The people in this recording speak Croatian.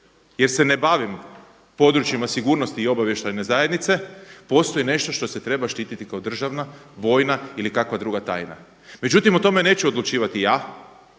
jer se ne bavim područjima sigurnosti i obavještajne zajednice, postoji nešto što se treba štititi kao državna, vojna ili kakva druga tajna. Međutim, o tome neću odlučivati ja,